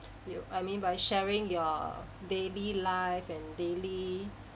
you I mean by sharing your daily life and daily